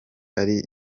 ari